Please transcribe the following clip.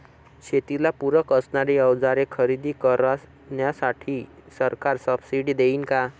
शेतीला पूरक असणारी अवजारे खरेदी करण्यासाठी सरकार सब्सिडी देईन का?